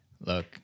Look